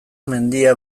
mendia